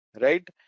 right